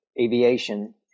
aviation